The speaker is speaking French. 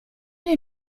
les